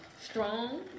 Strong